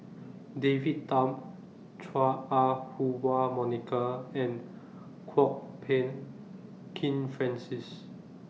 David Tham Chua Ah Huwa Monica and Kwok Peng Kin Francis